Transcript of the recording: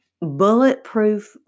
bulletproof